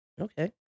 Okay